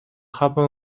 happen